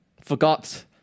forgot